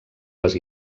les